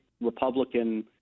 Republican